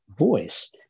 voice